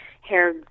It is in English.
hair